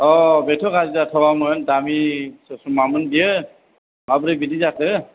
बेथ' गाज्रि जाथावामोन दामि स'समामोन बेयो माबोरै बिदि जाखो